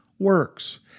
Works